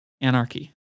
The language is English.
anarchy